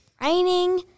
raining